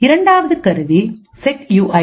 இரண்டாவது கருவி set U ID